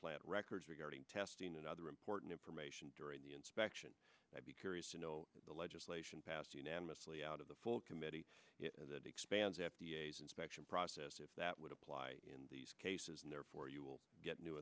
plant records regarding testing and other important information during the inspection i'd be curious to know that the legislation passed unanimously out of the full committee that expands f d a inspection process if that would apply in these cases and therefore you will get new